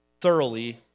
thoroughly